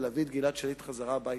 ולהביא את גלעד שליט חזרה הביתה.